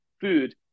food